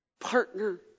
partner